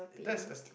that's a